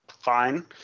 fine